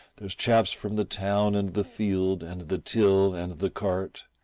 there's chaps from the town and the field and the till and the cart,